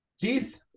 keith